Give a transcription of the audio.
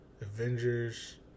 Avengers